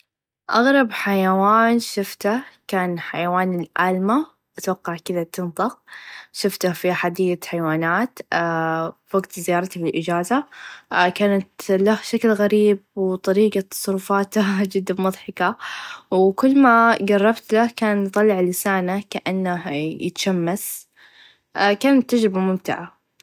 أغرب حيوان شفته كان حيوان الألما أتوقع كذه تنطق شفته في حديقه حيوانات في وقت زيارتي بإچازه كانت له شكل غريب و تصرفاته چدا مظحكه و كل ما قربت منت كان يطلع لسانه كإنه يتشمس كانت تچربه ممتعه.